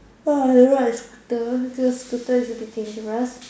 I don't ride a scooter scooter should be dangerous